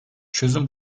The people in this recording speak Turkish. çözüm